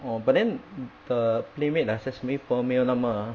oh but then the playmade the sesame pearl 没有那么